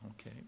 okay